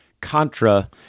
contra